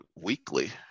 weekly